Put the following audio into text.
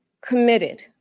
committed